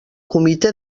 comité